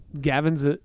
Gavin's